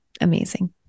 amazing